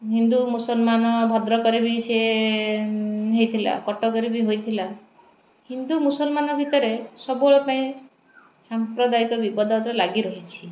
ହିନ୍ଦୁ ମୁସଲମାନ୍ ଭଦ୍ରକରେ ବି ସେ ହେଇଥିଲା କଟକରେ ବି ହୋଇଥିଲା ହିନ୍ଦୁ ମୁସଲମାନ୍ ଭିତରେ ସବୁବେଳେ ପାଇଁ ସାମ୍ପ୍ରଦାୟିକ ବିବାଦ ଲାଗି ରହିଛି